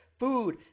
food